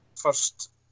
first